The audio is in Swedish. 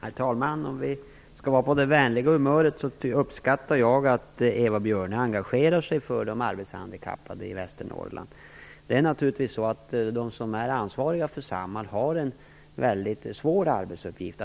Herr talman! Om vi skall vara på vänligt humör så vill jag säga att jag uppskattar att Eva Björne engagerar sig för de arbetshandikappade i Västernorrland. De som är ansvariga för Samhall har naturligtvis en väldigt svår arbetsuppgift.